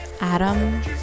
Adam